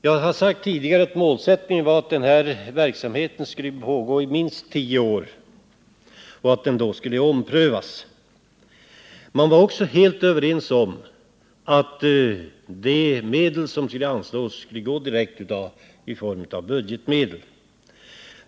Jag har sagt tidigare att målsättningen var att verksamheten skulle pågå i minst tio år och att den sedan skulle omprövas. Man var också helt överens om att de medel som anslås skulle tas direkt ur budgeten.